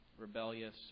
rebellious